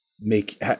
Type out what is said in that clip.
make